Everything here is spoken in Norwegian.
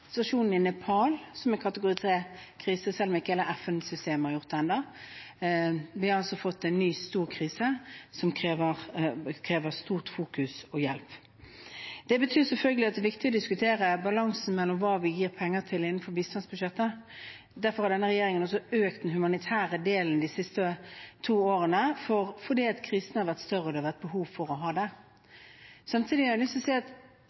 i Nepal som en kategori 3-krise, selv om ikke hele FN-systemet har gjort det ennå. Vi har altså fått en ny, stor krise, som krever stort fokus og hjelp. Det betyr selvfølgelig at det er viktig å diskutere balansen mellom hva vi gir penger til innenfor statsbudsjettet. Derfor har denne regjeringen økt den humanitære delen de siste to årene, fordi krisene har vært større og det har vært behov for det. Samtidig har jeg lyst til å si at det har vært en grunn til at